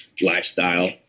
lifestyle